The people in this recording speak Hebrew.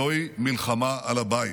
זוהי מלחמה על הבית.